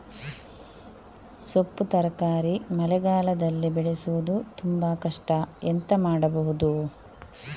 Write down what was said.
ಸೊಪ್ಪು ತರಕಾರಿ ಮಳೆಗಾಲದಲ್ಲಿ ಬೆಳೆಸುವುದು ತುಂಬಾ ಕಷ್ಟ ಎಂತ ಮಾಡಬಹುದು?